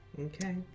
Okay